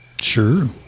Sure